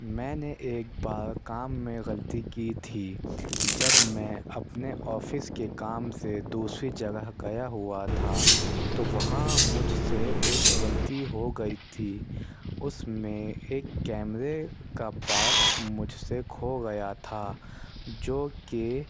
میں نے ایک بار کام میں غلطی کی تھی جب میں اپنے آفس کے کام سے دوسری جگہ گیا ہُوا تھا تو وہاں مجھ سے ایک غلطی ہوگئی تھی اُس میں ایک کیمرے کا پارٹ مجھ سے کھو گیا تھا جو کہ